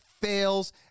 fails